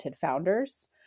founders